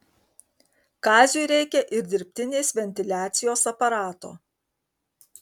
kaziui reikia ir dirbtinės ventiliacijos aparato